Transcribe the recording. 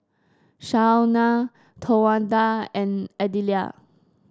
Shawna Towanda and Adelia